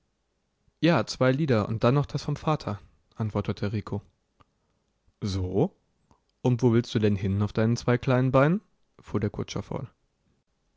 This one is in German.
ja zwei lieder und dann noch das vom vater antwortete rico so und wo willst du denn hin auf deinen zwei kleinen beinen fuhr der kutscher fort